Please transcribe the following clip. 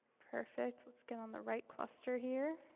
perfect. let's get on the right cluster here,